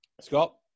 Scott